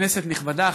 כנסת נכבדה,